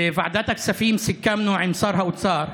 בוועדת הכספים סיכמנו עם שר האוצר,